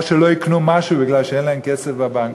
או שלא יקנו משהו כי אין להם כסף בבנק.